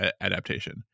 adaptation